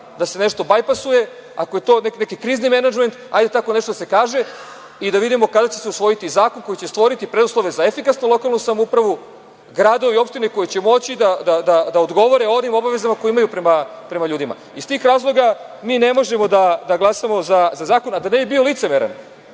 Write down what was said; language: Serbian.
da se nešto bajpasuje, ako je to neki krizni menadžment, hajde tako nešto da se kaže i da vidimo kada će se usvojiti zakon koji će stvoriti preduslove za efikasnu lokalnu samoupravu, gradove i opštine koje će moći da odgovore onim obavezama koje imaju prema ljudima. Iz tih razloga ne možemo da glasamo za zakon. Da ne bih bio licemeran,